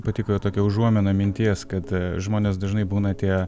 patiko tokia užuomina minties kad žmonės dažnai būna tie